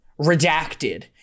redacted